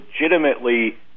legitimately